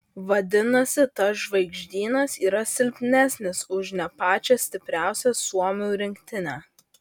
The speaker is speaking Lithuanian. vadinasi tas žvaigždynas yra silpnesnis už ne pačią stipriausią suomių rinktinę